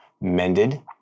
mended